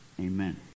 Amen